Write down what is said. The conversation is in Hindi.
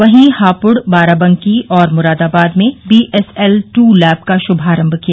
वहीं हापुड़ बाराबकी और मुरादाबाद में बीएसएल टू लैब का शुभारम्भ किया